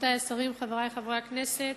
רבותי השרים, חברי חברי הכנסת,